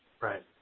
right